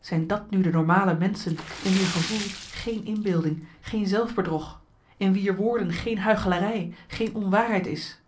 zijn dat nu de normale menschen in wier gevoel geen inbeelding geen zelfbedrog in wier woorden geen huichelarij geen onwaarheid is